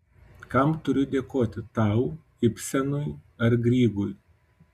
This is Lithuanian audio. kam turiu dėkoti tau ibsenui ar grygui